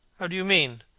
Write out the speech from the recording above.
how do you mean?